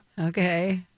Okay